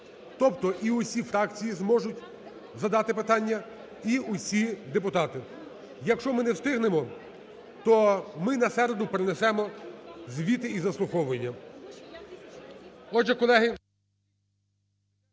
Тобто і усі фракції зможуть задати питання, і усі депутати. Якщо ми не встигнемо, то ми на середу перенесемо звіти і заслуховування.